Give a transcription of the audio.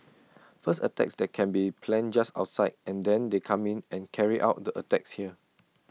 first attacks that can be planned just outside and then they come in and carry out the attacks here